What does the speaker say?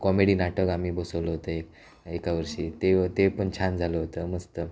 comedy नाटक आम्ही बसवलं होतं एक एका वर्षी ते ते पण छान झालं होतं मस्त